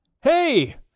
Hey